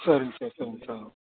சரிங்க சார் சரிங்க சார்